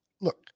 look